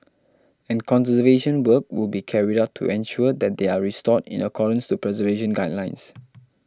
and conservation work will be carried out to ensure that they are restored in accordance to preservation guidelines